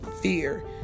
fear